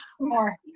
more